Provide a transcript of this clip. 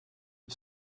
had